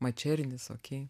mačernis okei